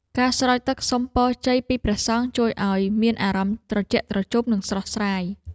ការស្រោចទឹកសុំពរជ័យពីព្រះសង្ឃ ជួយឱ្យមានអារម្មណ៍ត្រជាក់ត្រជុំ និងស្រស់ស្រាយ។